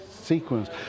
sequence